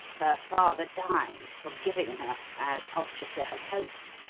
her father died, forgiving her, as ulchester had hoped,